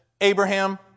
Abraham